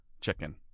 chicken